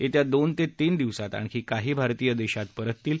येत्या दोन ते तीन दिवसांत आणखी काही भारतीय देशात परतणार आहेत